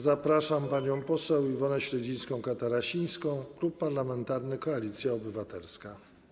Zapraszam panią poseł Iwonę Śledzińską-Katarasińską, Klub Parlamentarny Koalicja Obywatelska.